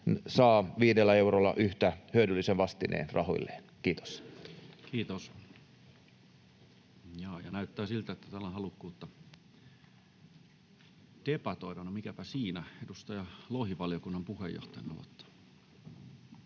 saa viidellä eurolla yhtä hyödyllisen vastineen rahoilleen. — Kiitos. [Vastauspuheenvuoropyyntöjä] Kiitos. — Ja näyttää siltä, että täällä on halukkuutta debatoida. No, mikäpä siinä. — Edustaja Lohi, valiokunnan puheenjohtaja, aloittaa.